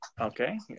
Okay